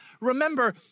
remember